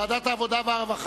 46 בעד, אחד נגד, אחד נמנע.